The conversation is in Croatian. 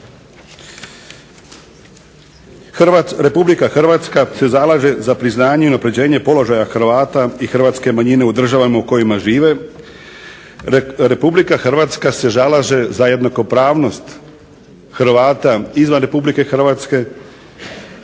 Hrvatska se zalaže za priznanje i unapređenje položaja Hrvata i hrvatske manjine u državama u kojima žive. Republika Hrvatska se zalaže za jednakopravnost Hrvata izvan Republike Hrvatske